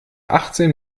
achtzehn